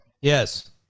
Yes